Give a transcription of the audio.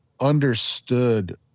understood